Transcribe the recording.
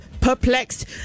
perplexed